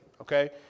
okay